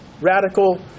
Radical